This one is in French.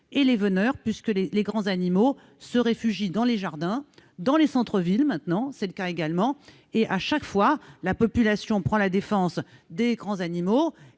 et les veneurs, puisque les grands animaux se réfugient dans les jardins, dans les centres-villes à présent, et, à chaque fois, la population prend la défense des grands animaux